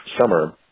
summer